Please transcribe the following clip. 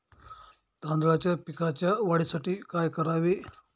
तांदळाच्या पिकाच्या वाढीसाठी काय करावे?